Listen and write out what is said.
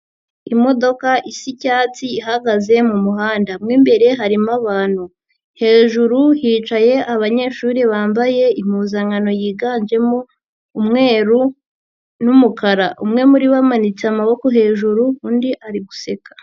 Imodoka isa icyatsi ihagaze mu muhanda, mu imbere harimo abantu, hejuru hicaye abanyeshuri bambaye impuzankano yiganjemo umweru n'umukara, umwe muri bo amanitse amaboko hejuru undi ari guseka.